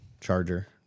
charger